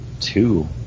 two